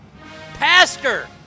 pastor